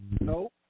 No